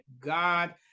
God